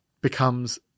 becomes